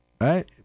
Right